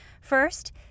First